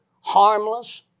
harmless